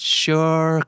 sure